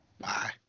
Bye